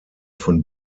von